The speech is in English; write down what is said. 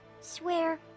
Swear